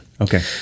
Okay